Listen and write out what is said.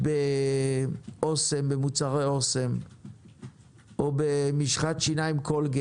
"התייקרות מחירי מוצרי מזון וצריכה בסיסיים"